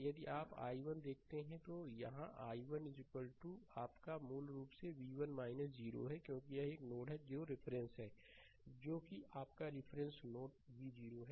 यदि आप i1 देखते हैं तो यहां i1 आपका मूल रूप से v1 0 है क्योंकि यह एक नोड है जो रिफरेंस है जो कि आपका रिफरेंस नोड v 0 है